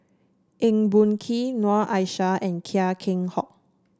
Eng Boh Kee Noor Aishah and Chia Keng Hock